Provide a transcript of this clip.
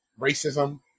racism